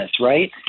right